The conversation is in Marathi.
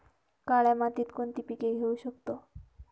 काळ्या मातीत कोणती पिके घेऊ शकतो?